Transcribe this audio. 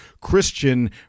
Christian